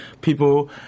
people